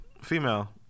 female